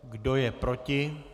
Kdo je proti?